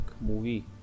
movie